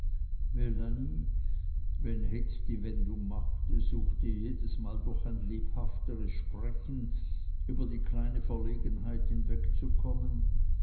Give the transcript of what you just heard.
wenn heth die wendung machte suchte jedesmal durch ein lebhafteres sprechen über die kleine verlegenheit hinwegzukommen